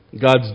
God's